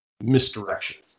misdirection